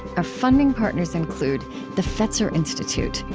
our funding partners include the fetzer institute,